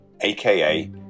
aka